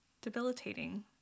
debilitating